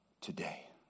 today